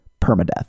permadeath